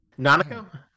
Nanako